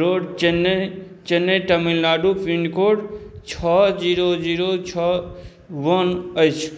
road Chennai Chennai Tamil Nadu pincode छओ zero zero छओ one अछि